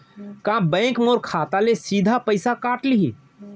का बैंक मोर खाता ले सीधा पइसा काट लिही?